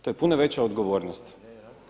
To je puno veća odgovornost.